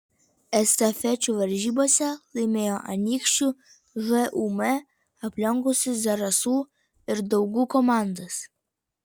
estafečių varžybose laimėjo anykščių žūm aplenkusi zarasų ir daugų komandas